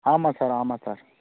ஆமாம் சார் ஆமாம் சார்